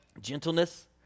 gentleness